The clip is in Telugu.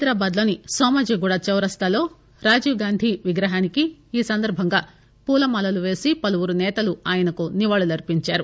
హైదరాబాద్ లోని నోమాజీగూడా చౌరస్తాలో రాజీప్ గాంధీ విగ్రహానికి ఈసందర్బంగా పూలమాలలు పేసి పలువురు సేతలు ఆయనకు నివాళి అర్పించారు